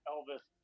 Elvis